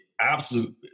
absolute